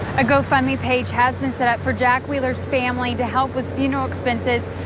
a go fund me page has been set for jack wheeler's family to help with funeral expenses.